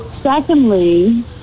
Secondly